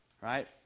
right